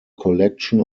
collection